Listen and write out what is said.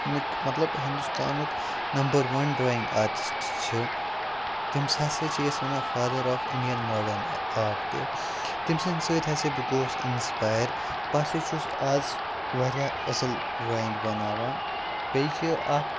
نُک مطلب ہِندُستانُک number one drawing artist چھِ تٔمِس ہَسا چھِ أسۍ وَنان father of Indian modern art تہِ تٔمۍ سٕنٛدۍ سۭتۍ ہَسا بہٕ گوٚوُس اِنسپایر بہٕ ہَسا چھُس آز واریاہ اصٕل ڈرایِنٛگ بَناوان بیٚیہِ چھِ اَکھ